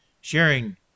sharing